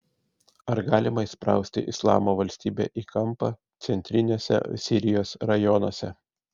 ar galima įsprausti islamo valstybę į kampą centriniuose sirijos rajonuose